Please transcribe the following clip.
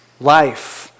life